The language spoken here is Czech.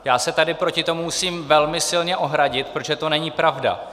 Já se tady proti tomu musím velmi silně ohradit, protože to není pravda.